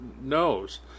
knows